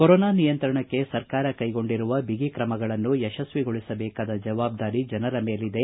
corona ನಿಯಂತ್ರಣಕ್ಕೆ ಸರ್ಕಾರ ಕೈಗೊಂಡಿರುವ ಬಿಗಿ ತ್ರಮಗಳನ್ನು ಯಶಸ್ವಿಗೊಳಿಸಬೇಕಾದ ಜವಾಬ್ದಾರಿ ಜನರ ಮೇಲಿದೆ